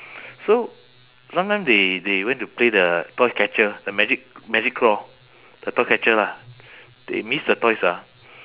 so sometime they they went to play the toy catcher the magic magic claw the toy catcher lah they miss the toys ah